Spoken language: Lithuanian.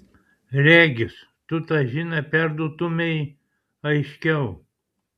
regis tu tą žinią perduotumei aiškiau